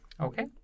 Okay